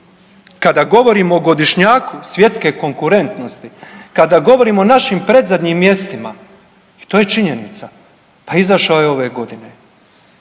Kada govorimo o godišnjaku svjetske konkurentnosti, kada govorimo o našim predzadnjim mjestima i to je činjenica, pa izašao je ove godine.